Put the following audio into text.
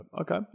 Okay